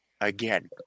again